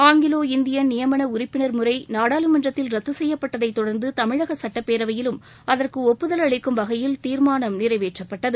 Anglo Indian நியமன உறுப்பினர் முறை நாடாளுமன்றத்தில் ரத்து செய்யப்பட்டதைத் தொடர்ந்து தமிழக சுட்டப்பேரவையிலும் அகற்கு ஒப்புதல் அளிக்கும் வகையில் தீர்மானம் நிறைவேற்றப்பட்டது